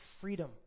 freedom